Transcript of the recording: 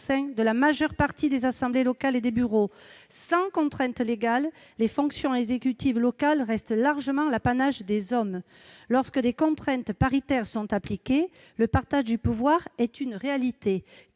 de la majeure partie des assemblées locales et des bureaux. À défaut, les fonctions exécutives locales restent largement l'apanage des hommes. Lorsque des contraintes paritaires sont appliquées, le partage du pouvoir est une réalité.